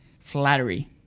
flattery